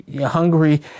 Hungary